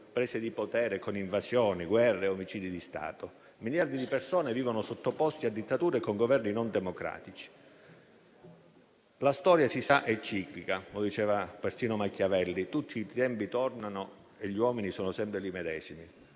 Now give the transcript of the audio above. prese di potere con invasioni, guerre e omicidi di Stato; miliardi di persone vivono sottoposte a dittature con Governi non democratici. La storia, si sa, è ciclica, come diceva persino Machiavelli: tutti i tempi tornano e gli uomini sono sempre i medesimi.